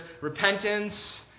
repentance